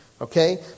okay